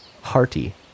hearty